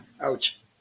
Ouch